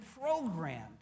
programmed